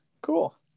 Cool